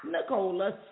Nicola